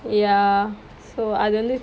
ya so அது வந்து:athu vanthu